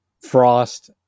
Frost